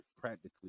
practically